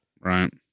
Right